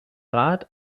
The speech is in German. rat